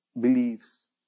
beliefs